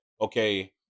Okay